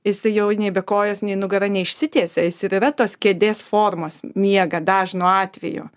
jisai jau nebe kojos nei nugara neišsitiesia jis ir yra tos kėdės formos miega dažnu atveju